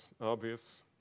obvious